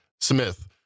Smith